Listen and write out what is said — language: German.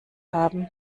haben